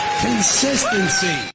Consistency